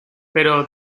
pero